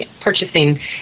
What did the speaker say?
purchasing